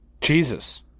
Jesus